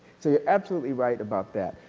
so you are absolutely right about that.